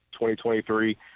2023